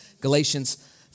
Galatians